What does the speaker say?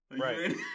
right